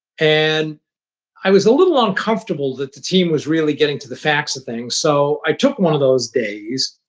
and i was a little uncomfortable that the team was really getting to the facts of things, so i took one of those days.